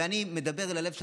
ואני מדבר אל הלב שלך,